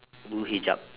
blue hijab